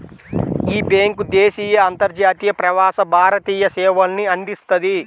యీ బ్యేంకు దేశీయ, అంతర్జాతీయ, ప్రవాస భారతీయ సేవల్ని అందిస్తది